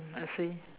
mm I see